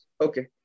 Okay